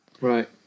Right